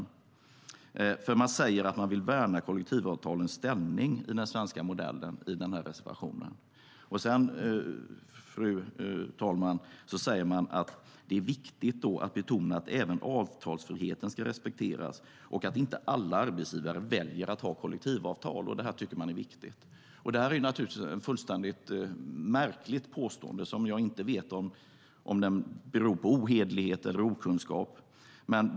De säger nämligen i reservationen att de vill värna kollektivavtalens ställning. Sedan säger de, fru talman, att det är viktigt att betona att även avtalsfriheten ska respekteras och att inte alla arbetsgivare väljer att ha kollektivavtal. Det tycker de är viktigt. Det är naturligtvis ett märkligt påstående, och jag vet inte om det beror på ohederlighet eller okunskap.